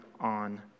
on